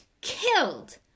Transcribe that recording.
killed